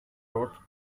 route